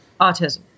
autism